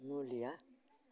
मुलिया